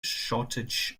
shortage